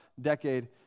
decade